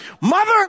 Mother